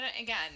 again